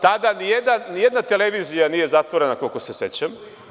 Tada ni jedna televizija nije zatvorena, koliko se sećam.